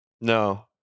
No